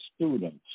students